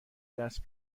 دست